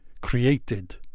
created